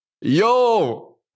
Yo